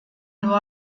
nur